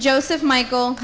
joseph michael